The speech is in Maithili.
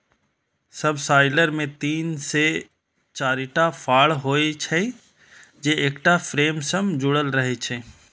सबसॉइलर मे तीन से चारिटा फाड़ होइ छै, जे एकटा फ्रेम सं जुड़ल रहै छै